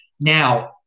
Now